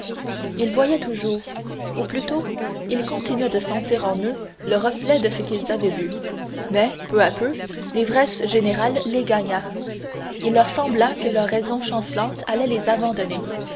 ils voyaient toujours ou plutôt ils continuaient de sentir en eux le reflet de ce qu'ils avaient vu mais peu à peu l'ivresse générale les gagna il leur sembla que leur raison chancelante allait les abandonner